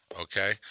okay